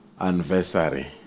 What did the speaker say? anniversary